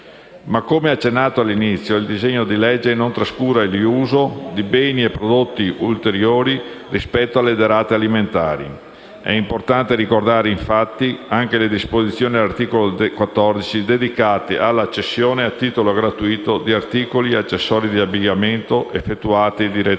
Come accennato all'inizio, però, il disegno di legge non trascura il riuso di beni e prodotti ulteriori rispetto alle derrate alimentari. È importante ricordare, infatti, anche le disposizioni dell'articolo 14, dedicate alle cessioni a titolo gratuito di articoli ed accessori di abbigliamento effettuati direttamente